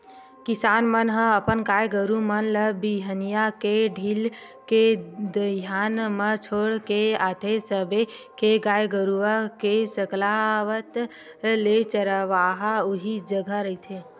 किसान मन ह अपन गाय गरु मन ल बिहनिया ले ढील के दईहान म छोड़ के आथे सबे के गाय गरुवा के सकलावत ले चरवाहा उही जघा रखथे